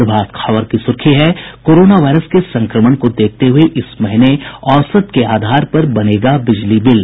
प्रभात खबर की सुर्खी है कोरोना वायरस के संक्रमण को देखते हुये इस महीने औसत के आधार पर बनेगा बिजली बिल